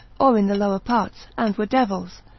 or in the lower parts, and were devils,